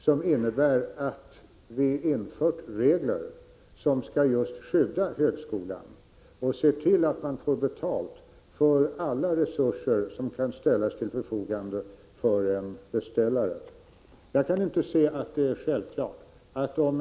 Det innebär att vi infört regler som skall just skydda högskolan och se till att man får betalt för alla resurser som kan ställas till förfogande för en beställare. Om tt.ex.